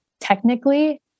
technically